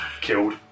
killed